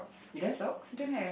you don't have socks okay